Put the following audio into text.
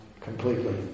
completely